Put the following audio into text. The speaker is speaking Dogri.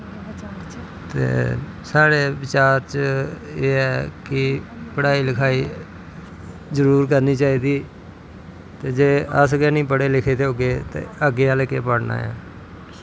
ते साढ़े बचार च एह् ऐ कि पढ़ाई लखाई जरूर करनी चाही दी ते जे अस गै नी पढ़े लिखे दे होगे ते अग्गें आह्लैं केह् पढ़नां ऐ